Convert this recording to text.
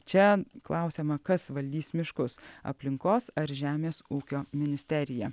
čia klausiama kas valdys miškus aplinkos ar žemės ūkio ministerija